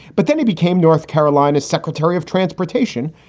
but then he became north carolina's secretary of transportation,